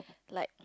like